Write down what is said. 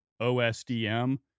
OSDM